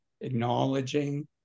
acknowledging